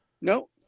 No